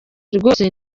rwose